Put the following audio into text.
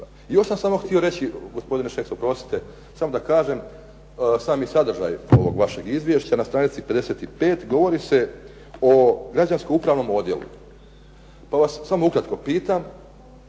Još sam samo htio reći, gospodine Šeks oprostite, samo da kažem sami sadržaj ovog vašeg izvješća na stranici 55, govori se o građansko-upravnom odjelu. Pa vas samo ukratko pitam,